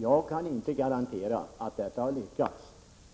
Jag kan inte garantera att detta har lyckats.